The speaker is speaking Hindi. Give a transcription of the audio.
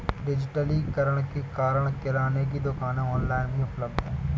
डिजिटलीकरण के कारण किराने की दुकानें ऑनलाइन भी उपलब्ध है